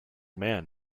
man